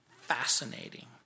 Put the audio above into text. fascinating